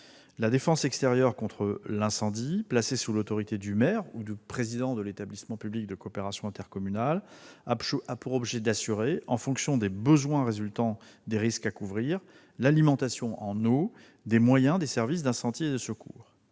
La défense extérieure contre l'incendie, ou DECI, placée sous l'autorité du maire ou du président de l'établissement public de coopération intercommunale, a pour objet d'assurer, en fonction des besoins résultant des risques à couvrir, l'alimentation en eau des moyens des services d'incendie et de secours.